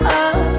up